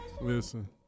Listen